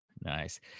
nice